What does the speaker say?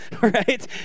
right